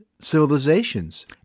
civilizations